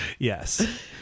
Yes